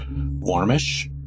warmish